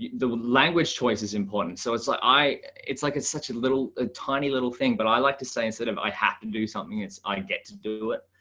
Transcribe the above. the language choice is important. so it's like, i it's like, it's such a little ah tiny little thing. but i like to say instead of, i have to do something, it's i get to do it.